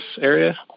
area